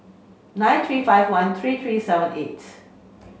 nine three five one three three seven eight